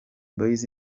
boys